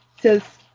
says